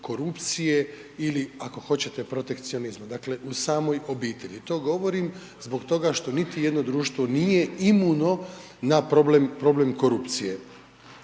korupcije ili ako hoćete protekcionizma, dakle u samoj obitelji. To govorim zbog toga što niti jedno društvo nije imuno na problem korupcije.